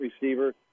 receiver